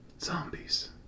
Zombies